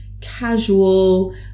casual